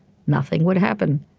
nothing would happen